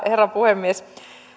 herra puhemies